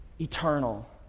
Eternal